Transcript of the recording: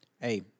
Hey